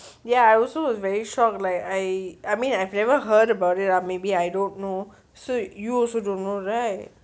ya I also was very shocked like I mean I've never heard about it or maybe I don't know so you also don't know right